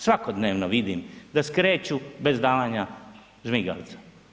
Svakodnevno vidim da skreću bez davanja žmigavca.